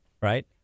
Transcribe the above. right